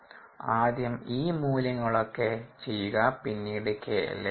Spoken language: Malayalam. ആദ്യംഈ മൂല്യങ്ങളൊക്കെ ചെയ്യുക പിന്നീട് KLa ചെയ്യാം